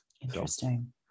Interesting